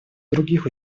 других